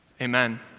Amen